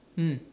mm